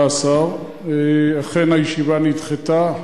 אכן הישיבה נדחתה.